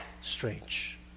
strange